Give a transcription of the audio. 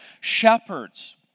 shepherds